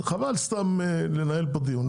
חבל סתם לנהל פה דיון.